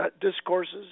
discourses